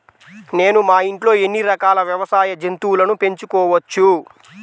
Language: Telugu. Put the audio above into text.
నేను మా ఇంట్లో ఎన్ని రకాల వ్యవసాయ జంతువులను పెంచుకోవచ్చు?